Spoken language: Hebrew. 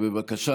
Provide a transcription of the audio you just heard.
בבקשה.